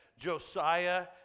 Josiah